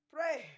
Pray